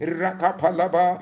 rakapalaba